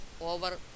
over